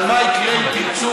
על מה יקרה אם תרצו,